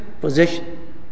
position